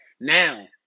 Now